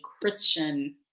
Christian